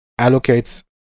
allocates